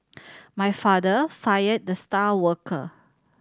my father fired the star worker